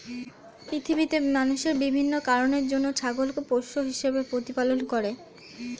পৃথিবীতে মানুষ বিভিন্ন কারণের জন্য ছাগলকে পোষ্য হিসেবে প্রতিপালন করে